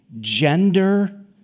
gender